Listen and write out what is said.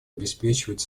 обеспечивать